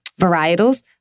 varietals